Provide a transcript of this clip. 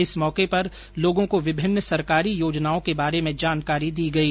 इस मौके पर लोगों को विभिन्न सरकारी योजनाओं के बारे में जानकारी दी गई